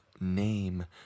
name